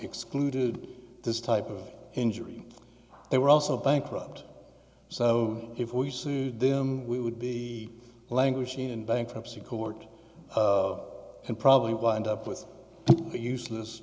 excluded this type of injury they were also bankrupt so if we sued them we would be languishing in bankruptcy court and probably wind up with a useless